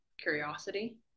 curiosity